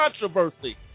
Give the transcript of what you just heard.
controversy